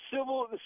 civil